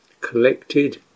collected